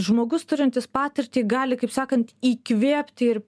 žmogus turintis patirtį gali kaip sakant įkvėpti ir